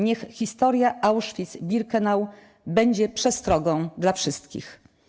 Niech historia Auschwitz-Birkenau będzie przestrogą dla wszystkich”